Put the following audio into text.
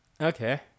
Okay